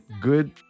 good